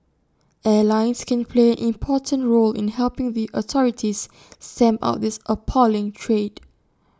airlines can play an important role in helping the authorities stamp out this appalling trade